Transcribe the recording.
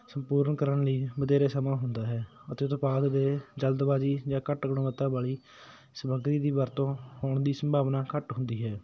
ਸੰਪੂਰਨ ਕਰਨ ਲਈ ਵਧੇਰੇ ਸਮਾਂ ਹੁੰਦਾ ਹੈ ਅਤੇ ਉਤਪਾਦ ਦੇ ਜਲਦਬਾਜ਼ੀ ਜਾਂ ਘੱਟ ਗੁਣਵੱਤਾ ਵਾਲੀ ਸਮੱਗਰੀ ਦੀ ਵਰਤੋਂ ਹੋਣ ਦੀ ਸੰਭਾਵਨਾ ਘੱਟ ਹੁੰਦੀ ਹੈ